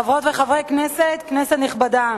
חברות וחברי הכנסת, כנסת נכבדה,